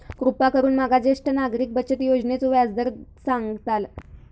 कृपा करून माका ज्येष्ठ नागरिक बचत योजनेचो व्याजचो दर सांगताल